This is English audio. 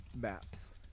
maps